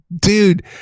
Dude